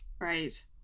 Right